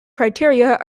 criteria